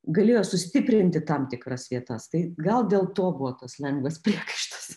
galėjo sustiprinti tam tikras vietas tai gal dėl to buvo tas lengvas priekaištas